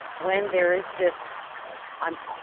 when there is this i'm,